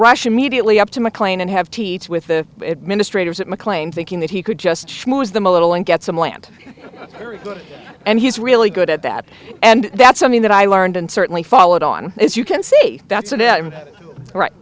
immediately up to mclean and have teeth with the administrators at mclean thinking that he could just schmooze them a little and get some land and he's really good at that and that's something that i learned and certainly followed on is you can see that's right